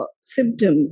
symptom